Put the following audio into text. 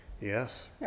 yes